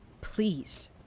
Please